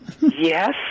yes